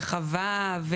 רחבה,